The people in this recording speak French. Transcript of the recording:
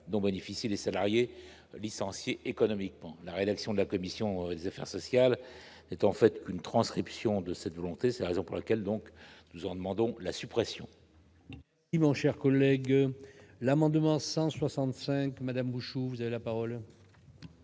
dont bénéficient les salariés licenciés économiques pour la rédaction de la commission des affaires sociales, c'est en fait une transcription de cette volonté, c'est la raison pour laquelle donc nous en demandons la suppression. Oui, mon cher collègue, l'amendement 165 Madame Bouchoux, vous avez la parole.